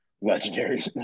legendary